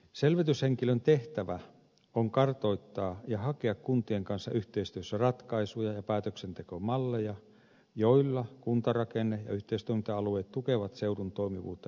selvityshenkilön tehtävä on kartoittaa ja hakea kuntien kanssa yhteistyössä ratkaisuja ja päätöksentekomalleja joilla kuntarakenne ja yhteistoiminta alueet tukevat seudun toimivuutta yhtenäisenä työssäkäyntialueena